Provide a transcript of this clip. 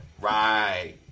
right